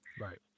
Right